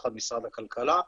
תחת משרד הכלכלה,